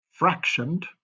fractioned